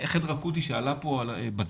החדר האקוטי שעלה פה בדרך,